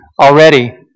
already